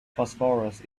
phosphorus